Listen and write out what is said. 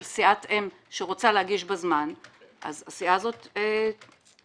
סיעת אם שרוצה להגיש בזמן אז הסיעה הזאת תיפגע,